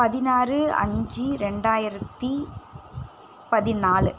பதினாறு அஞ்சு ரெண்டாயிரத்தி பதினாலு